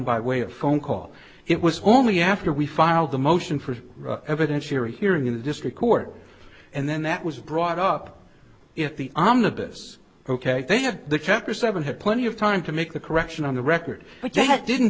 by way of phone call it was only after we filed the motion for evidentiary hearing in the district court and then that was brought up if the omnibus ok they have the chapter seven had plenty of time to make the correction on the record but they had didn't